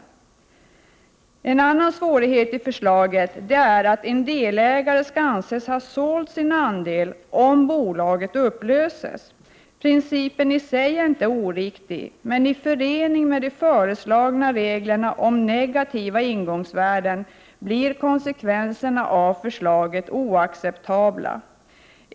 En annan svårighet i förslaget är att en delägare skall anses ha sålt sin ande om bolaget upplöses. Principen i sig är inte oriktig, men i förening med dq föreslagna reglerna om negativa ingångsvärden blir konsekvenserna a förslaget oacceptabla.